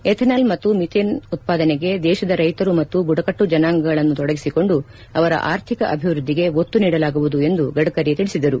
ethanol ಮತ್ತು methane ಉತ್ಪಾದನೆಗೆ ದೇಶದ ರೈತರು ಮತ್ತು ಬುಡಕಟ್ಟು ಜನಾಂಗಗಳನ್ನು ತೊಡಗಿಸಿಕೊಂಡು ಅವರ ಆರ್ಥಿಕ ಅಭಿವ್ದದ್ದಿಗೆ ಒತ್ತು ನೀಡಲಾಗುವುದು ಎಂದು ಗಡ್ತರಿ ತಿಳಿಸಿದರು